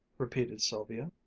repeated sylvia.